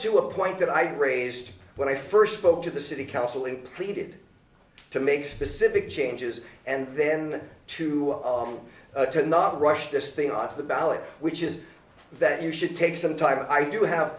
to a point that i raised when i first spoke to the city council and pleaded to make specific changes and then two of them to not rush this thing off the ballot which is that you should take some time i do have